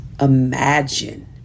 imagine